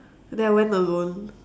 then I went alone